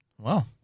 Wow